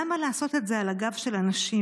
למה לעשות את זה על הגב של הנשים?